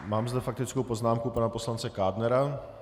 Mám zde faktickou poznámku pana poslance Kádnera.